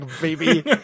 baby